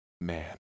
man